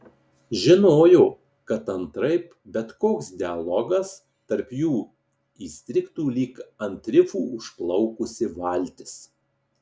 žinojo kad antraip bet koks dialogas tarp jų įstrigtų lyg ant rifų užplaukusi valtis